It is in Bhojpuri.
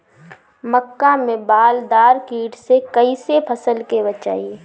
मक्का में बालदार कीट से कईसे फसल के बचाई?